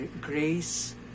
grace